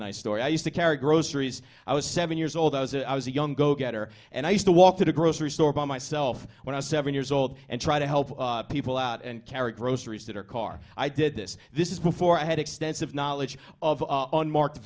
nice story i used to carry groceries i was seven years old i was it i was a young go getter and i used to walk to the grocery store by myself when i seven years old and try to help people out and carry groceries that are car i did this this is before i had extensive knowledge of on mark